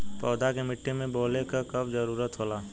पौधा के मिट्टी में बोवले क कब जरूरत होला